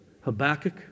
Habakkuk